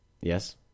Yes